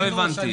לא הבנתי.